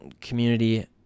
community